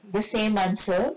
the same answer